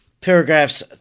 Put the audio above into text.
Paragraphs